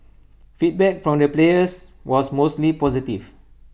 feedback from the players was mostly positive